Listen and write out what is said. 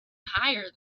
higher